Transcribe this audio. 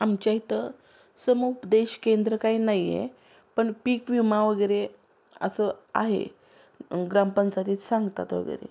आमच्या इथं समुपदेश केंद्र काही नाही आहे पण पीक विमा वगैरे असं आहे ग्रामपंचायतीत सांगतात वगैरे